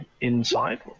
inside